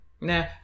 Nah